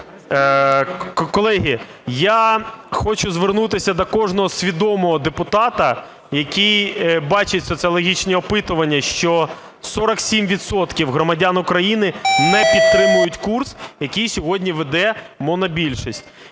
Колеги, я хочу звернутися до кожного свідомого депутата, який бачить соціологічні опитування, що 47 відсотків громадян України не підтримують курс, який сьогодні веде монобільшість.